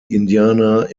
indianer